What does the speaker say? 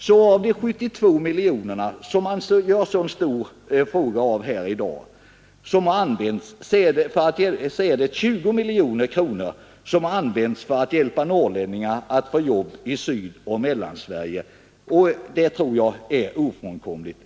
Så av de 72 miljonerna, som man söker göra så stor fråga av här i dag, har 20 miljoner använts för att hjälpa norrlänningar att få jobb i Sydoch Mellansverige, vilket jag tror har varit ofrånkomligt.